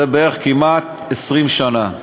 זה כמעט 20 שנה.